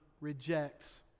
rejects